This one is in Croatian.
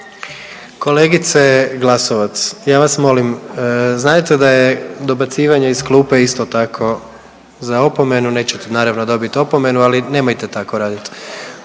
Kolegice Glasovac, ja vas molim, znajte da je dobacivanje iz klupe isto tako za opomenu, nećete naravo dobiti opomenu, ali nemojte tako raditi.